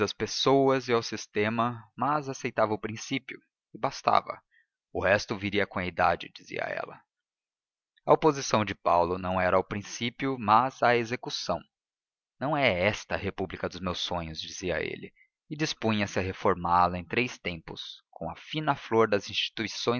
pessoas e ao sistema mas aceitava o princípio e bastava o resto viria com a idade dizia ela a oposição de paulo não era ao princípio mas à execução não é esta a república dos meus sonhos dizia ele e dispunha-se a reformá la em três tempos com a fina flor das instituições